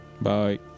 Bye